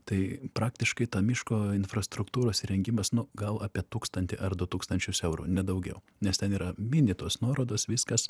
tai praktiškai to miško infrastruktūros įrengimas nu gal apie tūkstantį ar du tūkstančius eurų ne daugiau nes ten yra mini tos nuorodos viskas